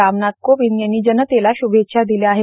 रामनाथ कोविंद यांनी जनतेला शुभेच्छा दिल्या आहेत